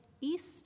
east